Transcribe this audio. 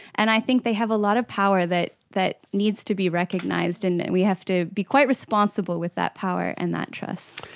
and i think they have a lot of power that that needs to be recognised and that we have to be quite responsible with that power and that trust.